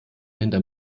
hinterm